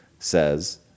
says